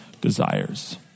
desires